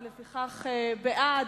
בעד,